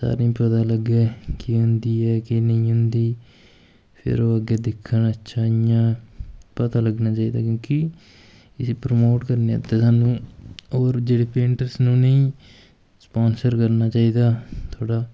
सारें गी पता लग्गै केह् होंदी ऐ केह् नेईं होंदी फिर ओह् अग्गैं दिक्खन अच्छा इ'यां पता लग्गना चाहिदा क्योंकि इसी प्रमोट करने आस्तै सानूं होर जेह्ड़े पेंटर्स न उ'नेंगी स्पांसर करना चाहिदा थोह्ड़ा